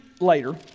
later